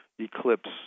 eclipse